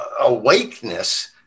awakeness